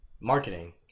marketing